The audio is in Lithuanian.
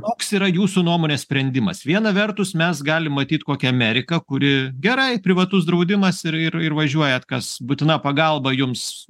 koks yra jūsų nuomone sprendimas viena vertus mes galim matyt kokią ameriką kuri gerai privatus draudimas ir ir važiuojat kas būtina pagalba jums